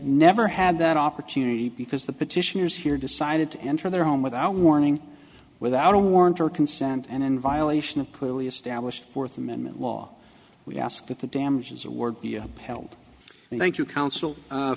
never had that opportunity because the petitioners here decided to enter their home without warning without a warrant or consent and in violation of poorly established fourth amendment law we ask that the damages award be upheld